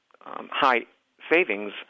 high-savings